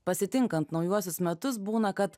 pasitinkant naujuosius metus būna kad